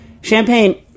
Champagne